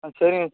ஆ சரிங்க